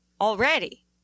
already